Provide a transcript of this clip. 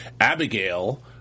Abigail